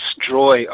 destroy